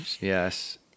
yes